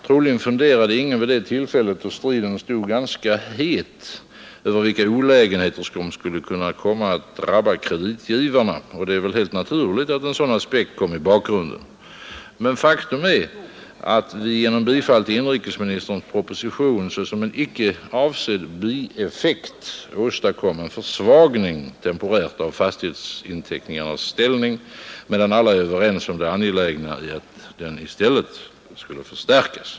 Troligen funderade ingen vid det tillfället, då striden var ganska het, över vilka olägenheter som skulle kunna drabba kreditgivarna, och det är väl helt naturligt att en sådan aspekt kom helt i bakgrunden. Men faktum är, att vi genom bifall till inrikesministerns proposition som en inte avsedd bieffekt åstadkom en försvagning temporärt av fastighetsinteckningarnas ställning, medan alla är överens om det angelägna i att den i stället förstärks.